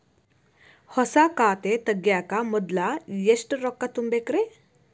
ಹೊಸಾ ಖಾತೆ ತಗ್ಯಾಕ ಮೊದ್ಲ ಎಷ್ಟ ರೊಕ್ಕಾ ತುಂಬೇಕ್ರಿ?